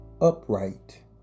Upright